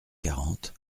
quarante